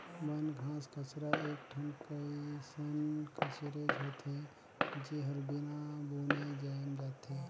बन, घास कचरा एक ठन कइसन कचरेच होथे, जेहर बिना बुने जायम जाथे